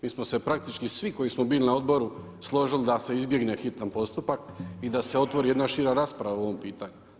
Mi smo se praktički svi koji smo bili na odboru složili da se izbjegne hitan postupak i da se otvori jedna šira rasprava u ovom pitanju.